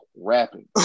rapping